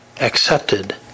accepted